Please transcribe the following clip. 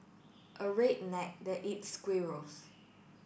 a redneck that eats squirrels